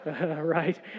right